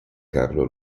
carlo